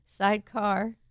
Sidecar